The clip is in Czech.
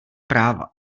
práva